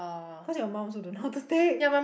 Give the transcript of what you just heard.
cause your mum also don't know how to take